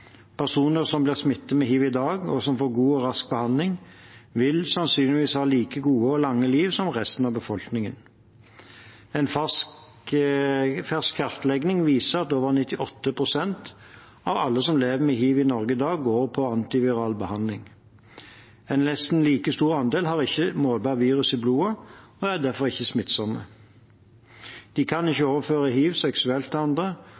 Personer som blir smittet med hiv i dag, og som får god og rask behandling, vil sannsynligvis ha like gode og lange liv som resten av befolkningen. En fersk kartlegging viser at over 98 pst. av alle som lever med hiv i Norge i dag, går på antiviral behandling. En nesten like stor andel har ikke målbart virus i blodet og er derfor ikke smittsomme. De kan ikke overføre hiv seksuelt til andre,